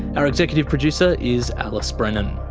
our executive producer is alice brennan.